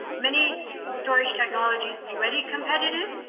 many storage technologies already competitive.